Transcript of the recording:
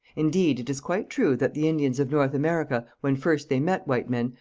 indeed it is quite true that the indians of north america, when first they met white men,